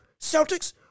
Celtics